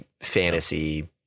fantasy